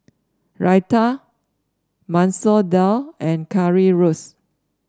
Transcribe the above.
Raita Masoor Dal and Currywurst